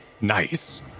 Nice